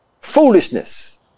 Foolishness